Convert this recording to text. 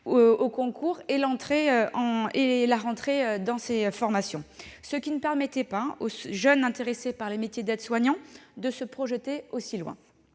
au concours et l'entrée dans la formation, ce qui ne permettait pas aux jeunes intéressés par le métier d'aide-soignant de se projeter aussi loin.